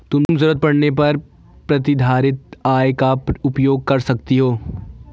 तुम ज़रूरत पड़ने पर प्रतिधारित आय का उपयोग कर सकती हो